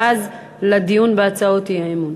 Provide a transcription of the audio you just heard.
ואז לדיון בהצעות האי-אמון.